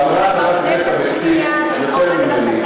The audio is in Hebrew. אמרה חברת הכנסת אבקסיס יותר ממני.